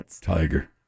Tiger